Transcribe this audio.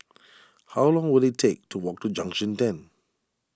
how long will it take to walk to Junction ten